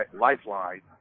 lifeline